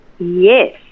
Yes